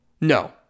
No